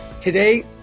Today